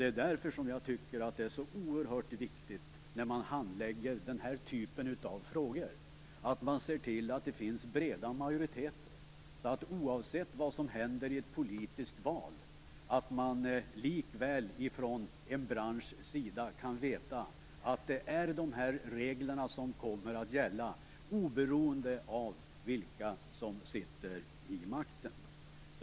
Det är oerhört viktigt att man när man handlägger den här typen av frågor ser till att det finns breda majoriteter. Oavsett vad som händer i ett politiskt val skall en bransch ändå veta vilka regler som kommer att gälla, oberoende av vilka som sitter vid makten.